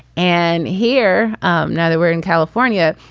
and here um now that we're in california,